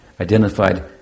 identified